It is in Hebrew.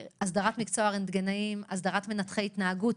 הסדרת מקצוע הרנטגנאים, הסדרת מנתחי התנהגות.